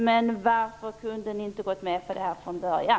Men varför kunde ni inte gå med på detta redan från början?